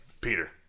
Peter